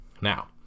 Now